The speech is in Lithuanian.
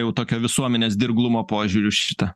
jau tokio visuomenės dirglumo požiūriu šita